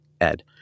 Ed